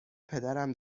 پدرم